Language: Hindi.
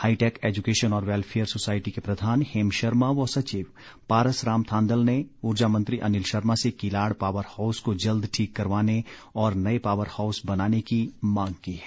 हाईटैक एजुकेशन और वैल्फेयर सोसायटी के प्रधान हेम शर्मा व सचिव पारस राम थान्दल ने उर्जा मंत्री अनिल शर्मा से किलाड़ पावर हाउस को जल्द ठीक करवाने और नए पावर हाउस बनाने की मांग की है